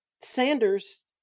Sanders